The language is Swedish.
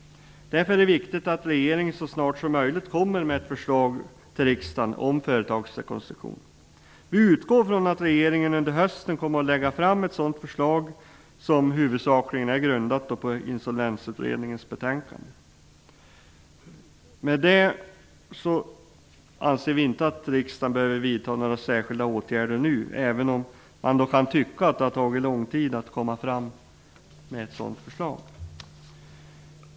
Därför är det viktigt att regeringen så snart som möjligt kommer med ett förslag till riksdagen om företagsrekonstruktion. Vi utgår från att regeringen under hösten kommer att lägga fram ett sådant förslag, som huvudsakligen är grundat på Insolvensutredningens betänkande. Därmed anser vi att riksdagen inte behöver vidta några särskilda åtgärder nu, även om man kan tycka att det har tagit lång tid att komma fram med förslaget.